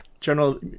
general